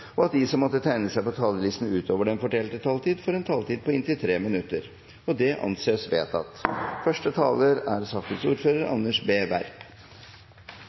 og at de som måtte tegne seg på talerlisten utover den fordelte taletid, får en taletid på inntil 3 minutter. – Det anses vedtatt.